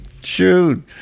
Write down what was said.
shoot